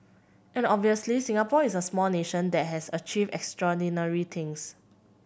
and obviously Singapore is a small nation that has achieved extraordinary things